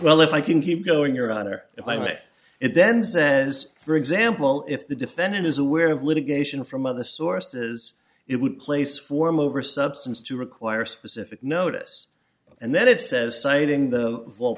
well if i can keep going your honor if i may it then says for example if the defendant is aware of litigation from other sources it would place form over substance to require a specific notice and then it says citing the v